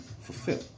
fulfill